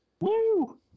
Woo